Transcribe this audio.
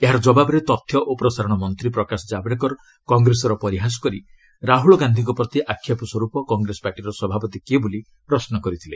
ଏହାର ଜବାବରେ ତଥ୍ୟ ଓ ପ୍ରସାରଣ ମନ୍ତ୍ରୀ ପ୍ରକାଶ ଜାଭଡେକର କଂଗ୍ରେସର ପରିହାସ କରି ରାହୁଲ ଗାନ୍ଧିଙ୍କ ପ୍ରତି ଆକ୍ଷେପ ସ୍ୱର୍ପ କଂଗ୍ରେସ ପାର୍ଟିର ସଭାପତି କିଏ ବୋଲି ପ୍ରଶ୍ନ କରିଥିଲେ